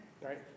right